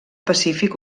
pacífic